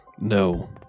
No